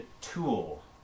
tool